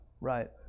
Right